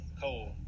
cold